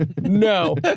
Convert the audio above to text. no